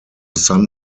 son